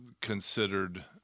considered